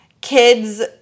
kids